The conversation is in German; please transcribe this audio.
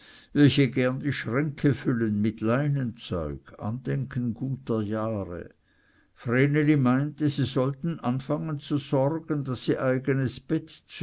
welche gerne die schränke füllen mit leinenzeug andenken guter jahre vreneli meinte sie sollten anfangen zu sorgen daß sie eigenes